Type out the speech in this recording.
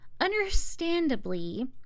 Understandably